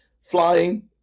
flying